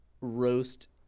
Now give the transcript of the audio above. roast